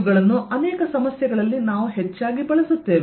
ಇವುಗಳನ್ನು ಅನೇಕ ಸಮಸ್ಯೆಗಳಲ್ಲಿ ನಾವು ಹೆಚ್ಚಾಗಿ ಬಳಸುತ್ತೇವೆ